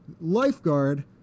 Lifeguard